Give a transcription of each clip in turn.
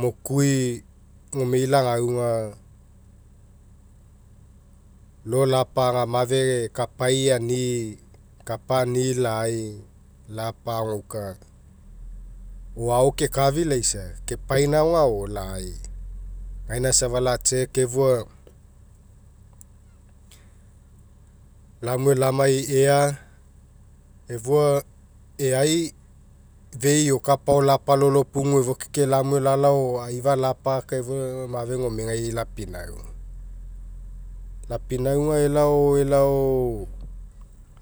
Mo kui gomei lagauga lo lapaga mafe kapai ani'i kapa ani'i lai lapagouka o oa kekafilai kepaisiaoga o lai gaina safa la check efua lamue lamai ea efua eai fei a kapa agao lapalolo efua ke lamue lalao aifa lapaka efua aga mafe gomegai lapinauga. Lapinauga elao elao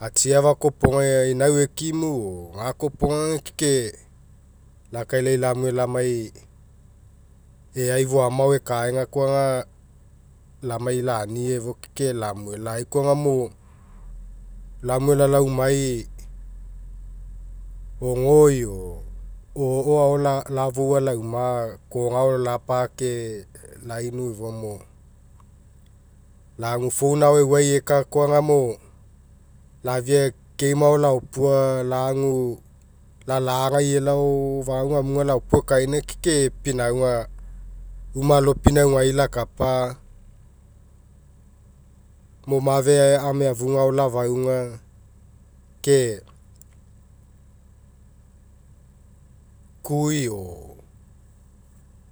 atsiafa kopoga inau ekimu o gakoa aga ke lakailai lamue lamai eai foama ao ekaega koa aga lamai lania eai efua ke lamue lai koaga mo lafia game ao laopua lagu lalagai elao fagau gamuga laopo ekaina ke pinauga uma alo pinaugai lakapa mo mafe anieafuga ke kai o